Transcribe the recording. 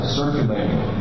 circulating